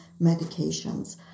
medications